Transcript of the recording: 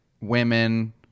women